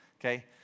okay